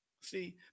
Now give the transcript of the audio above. See